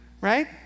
right